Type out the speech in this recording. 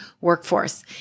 workforce